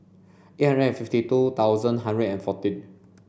eight hundred and fifty two thousand hundred and fourteen